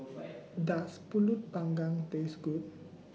Does Pulut Panggang Taste Good